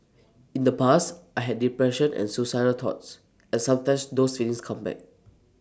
in the past I had depression and suicidal thoughts and sometimes those feelings come back